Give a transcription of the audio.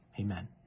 Amen